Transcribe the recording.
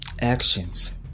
actions